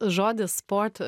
žodis sport